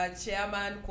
chairman